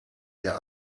der